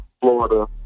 Florida